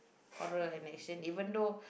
horror and action even though